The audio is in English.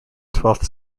twelfth